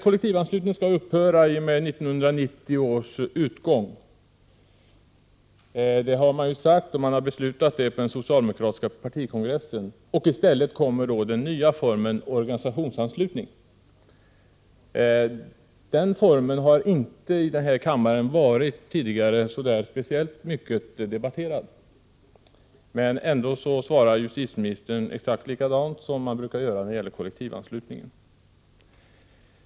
Kollektivanslutningen skall upphöra i och med 1990 års utgång, har man sagt. Det har också beslutats på den socialdemokratiska partikongressen. I stället kommer då den nya formen organisationsanslutning. Den formen har inte varit speciellt mycket debatterad i denna kammare. Justitieministern svarar ändå på exakt samma sätt som man brukar göra när det gäller kollektivanslutningen.